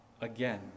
again